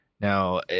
Now